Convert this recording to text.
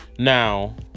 Now